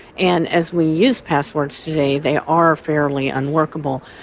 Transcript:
and as we use passwords today, they are fairly unworkable.